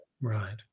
Right